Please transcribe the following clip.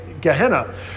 Gehenna